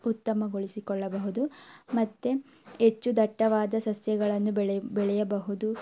ಉತ್ತಮಗೊಳಿಸಿಕೊಳ್ಳಬಹುದು ಮತ್ತು ಹೆಚ್ಚು ದಟ್ಟವಾದ ಸಸ್ಯಗಳನ್ನು ಬೆಳೆ ಬೆಳೆಯಬಹುದು